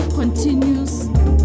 continues